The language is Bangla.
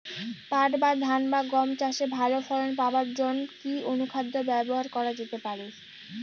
পাট বা ধান বা গম চাষে ভালো ফলন পাবার জন কি অনুখাদ্য ব্যবহার করা যেতে পারে?